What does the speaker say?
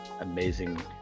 amazing